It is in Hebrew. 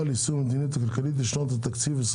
ליישום המדיניות הכלכלית לשנות התקציב 23'